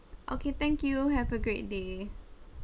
okay thank you have a great day